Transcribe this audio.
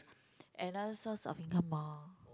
another source of income ah